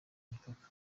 imipaka